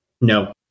No